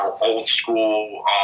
old-school